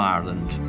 Ireland